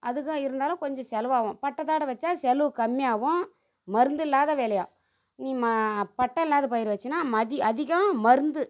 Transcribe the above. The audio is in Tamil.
அதுக்கும் இருந்தாலும் கொஞ்சம் செலவாகும் பட்டத்தோடய வச்சா செலவு கம்மி ஆகும் மருந்து இல்லாத வேலையாக நீ ம பட்டம் இல்லாத பயிர் வச்சினா மதி அதிகம் மருந்து